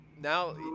Now